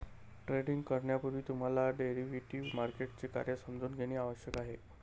trading करण्यापूर्वी तुम्हाला derivative मार्केटचे कार्य समजून घेणे आवश्यक आहे